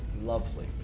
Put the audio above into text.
lovely